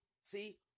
See